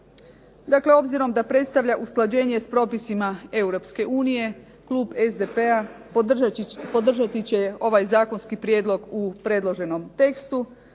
Dakle, obzirom da predstavlja usklađenje s propisima Europske unije, Klub SDP-a podržati će ovaj zakonski prijedlog u predloženom tekstu